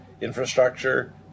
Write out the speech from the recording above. Infrastructure